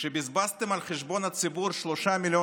כשבזבזתם על חשבון הציבור שלושה מיליוני